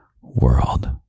world